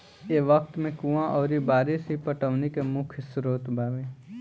ए वक्त में कुंवा अउरी बारिस ही पटौनी के मुख्य स्रोत बावे